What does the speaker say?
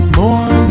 more